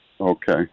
Okay